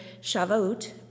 Shavuot